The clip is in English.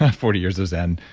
ah forty years of zen,